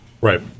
Right